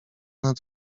nad